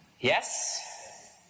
Yes